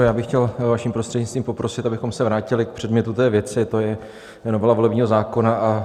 Já bych chtěl vaším prostřednictvím poprosit, abychom se vrátili k předmětu té věci, to je novela volebního zákona.